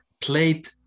played